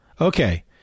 Okay